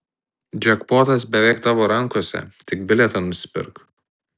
džekpotas beveik tavo rankose tik bilietą nusipirk